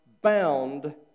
bound